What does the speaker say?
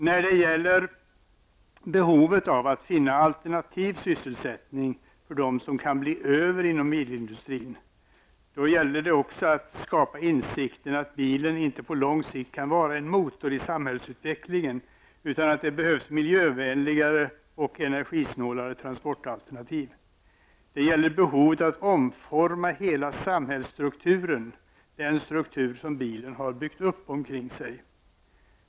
När det gäller behovet av att finna alternativ sysselsättning för alla dem som nu ''blir över'' inom bilindustrin, gäller det att också skapa insikter om att bilen på lång sikt inte kan vara en motor i samhällsutvecklingen, utan att det behövs miljövänligare och energisnålare transportalternativ. Det gäller behovet av att omforma hela den samhällsstruktur som bilen har byggt upp omkring sig.